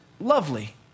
lovely